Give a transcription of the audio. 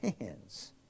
hands